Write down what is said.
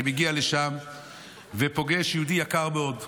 אני מגיע לשם ופוגש יהודי יקר מאוד,